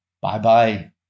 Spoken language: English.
bye-bye